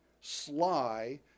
sly